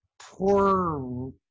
poor